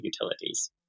utilities